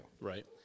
Right